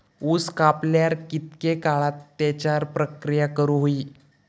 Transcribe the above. ऊस कापल्यार कितके काळात त्याच्यार प्रक्रिया करू होई?